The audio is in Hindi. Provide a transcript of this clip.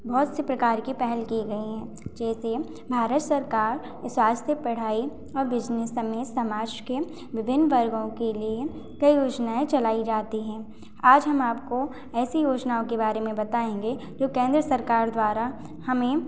बहुत से प्रकार की पहल किए गए हैं जैसे भारत सरकार स्वास्थ पढ़ाई और बिजनेस समेत समाज के विभिन्न वर्गों के लिए कई योजनाएँ चलाई जाती हैं आज हम आपको ऐसी योजनाओं के बारे में बताएँगे जो केंद्र सरकार द्वारा हमें